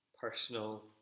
personal